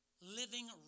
Living